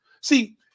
See